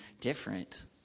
different